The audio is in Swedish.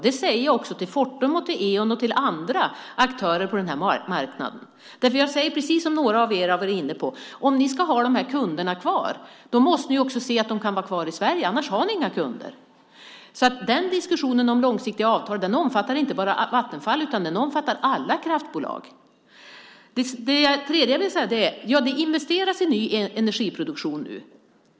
Jag säger det också till Fortum, Eon och andra aktörer på den här marknaden. Precis som några av mina meddebattörer här har varit inne på säger jag till företagen: Om ni vill ha kunderna kvar måste ni också se till att de kan vara kvar i Sverige, för annars har ni inga kunder. Diskussionen om långsiktiga avtal omfattar inte bara Vattenfall utan alla kraftbolag. Det investeras nu i ny energiproduktion.